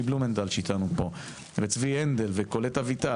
בלומנטל שאיתנו פה וצבי הנדל וקולט אביטל,